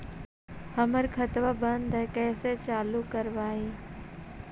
हमर खतवा बंद है कैसे चालु करवाई?